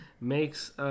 makes